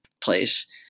place